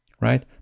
Right